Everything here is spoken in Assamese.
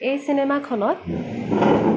এই চিনেমাখনত